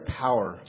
power